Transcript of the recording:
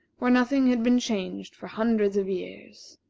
where nothing had been changed for hundreds of years.